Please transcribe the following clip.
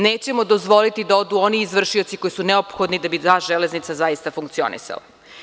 Nećemo dozvoliti da odu oni izvršioci koji su neophodni da bi ta železnica zaista funkcionisala.